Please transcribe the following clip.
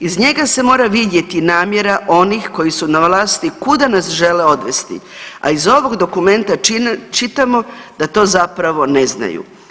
Iz njega se mora vidjeti namjera onih koji su na vlasti kuda nas žele odvesti, a iz ovog dokumenta čitamo da to zapravo ne znaju.